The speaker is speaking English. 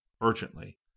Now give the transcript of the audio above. urgently